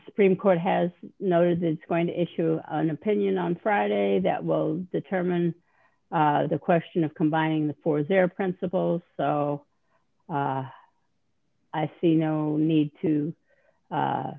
supreme court has knows it's going to issue an opinion on friday that will determine the question of combining the four their principles so i see no need to